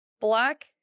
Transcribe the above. Black